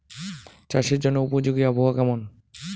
চাষের জন্য উপযোগী আবহাওয়া কেমন?